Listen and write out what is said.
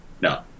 No